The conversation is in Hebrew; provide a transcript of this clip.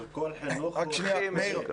אבל כל חינוך הוא --- הכי מסוכנים.